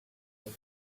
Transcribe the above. felt